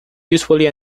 usually